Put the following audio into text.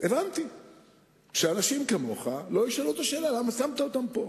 הבנתי שאנשים כמוך לא ישאלו את השאלה "למה שמתם אותם פה",